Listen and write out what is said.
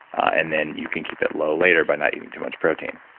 and then you can keep it low later by not eating too much protein.